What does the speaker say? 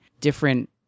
different